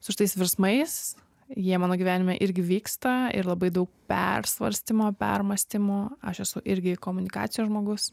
su šitais virsmais jie mano gyvenime irgi vyksta ir labai daug persvarstymo permąstymo aš esu irgi komunikacijos žmogus